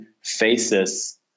faces